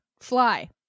fly